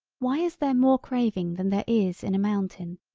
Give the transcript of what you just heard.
why is there more craving than there is in a mountain.